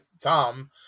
Tom